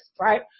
right